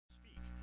speak